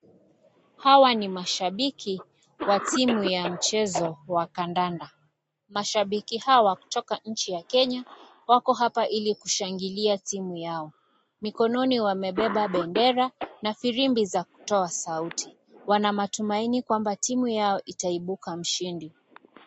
Hawa ni mashabiki wa timu ya mchezo wa kandanda. Mashabiki hawa, kutoka inchi ya Kenya ,wako hapa ili kushangilia timu yao. Mikononi wamebeba bendera na filimbi za kutoa sauti. Wana matumaini kwamba, timu yao itaibuka mshindi.